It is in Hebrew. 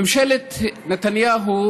ממשלת נתניהו,